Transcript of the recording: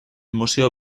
museo